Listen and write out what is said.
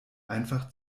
einfach